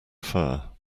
fur